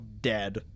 dead